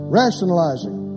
rationalizing